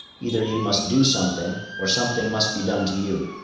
either you must do something, or something must be done to you.